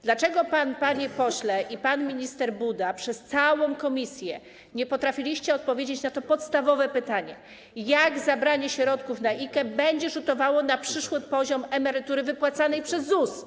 Dlaczego pan, panie pośle, i pan minister Buda przez całe posiedzenie komisji nie potrafiliście odpowiedzieć na podstawowe pytanie o to, jak zabranie środków na IKE będzie rzutowało na przyszły poziom emerytury wypłacanej przez ZUS?